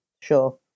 Sure